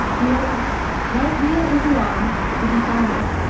he ordered right wheel into line to be sounded.